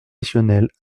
additionnels